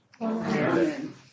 Amen